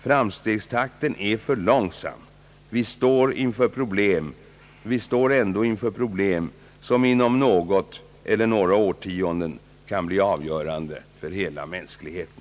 Framstegstakten är för långsam. Vi står ändå inför problem som inom något eller några årtionden kan bli avgörande för hela mänskligheten.